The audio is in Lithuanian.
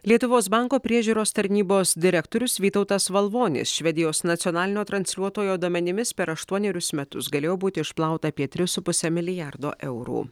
lietuvos banko priežiūros tarnybos direktorius vytautas valvonis švedijos nacionalinio transliuotojo duomenimis per aštuonerius metus galėjo būti išplauta apie tris su puse milijardo eurų